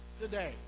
today